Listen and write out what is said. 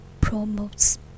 promotes